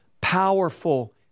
powerful